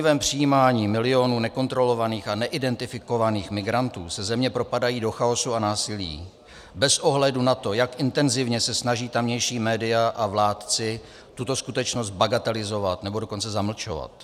Po blouznivém přijímání milionů nekontrolovaných a neidentifikovaných migrantů se země propadají do chaosu a násilí bez ohledu na to, jak intenzivně se snaží tamější média a vládci tuto skutečnost bagatelizovat, nebo dokonce zamlčovat.